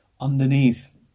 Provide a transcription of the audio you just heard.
underneath